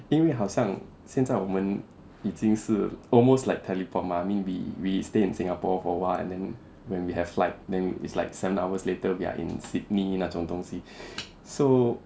因为好像现在我们已经是 almost like teleport mah I mean we we stay in singapore for awhile and then when we have flight then it's like seven hours later we are in sydney 那种东西 so